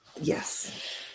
Yes